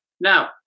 Now